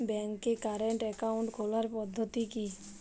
ব্যাংকে current account খোলার পদ্ধতি কি?